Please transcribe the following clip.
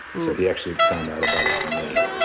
so he actually found out about it from me.